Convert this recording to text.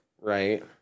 right